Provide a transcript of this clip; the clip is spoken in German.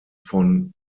von